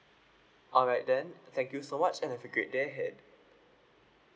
alright then thank you so much and have a great day ahead